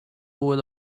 would